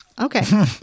Okay